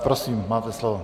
Prosím máte slovo.